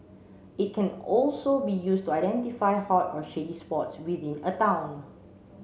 it can also be used to identify hot or shady spots within a town